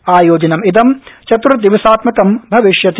आयोजनमिदं चत्र्दिवसामकं भविष्यति